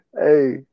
Hey